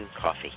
coffee